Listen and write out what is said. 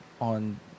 on